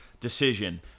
decision